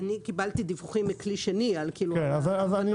אני קיבלתי דיווחים מכלי שני על קיום התקנות.